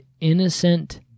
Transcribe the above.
innocent